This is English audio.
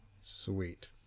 Sweet